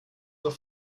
noch